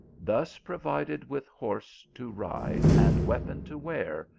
thus provided with horse to ride and weapon to wear,